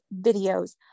videos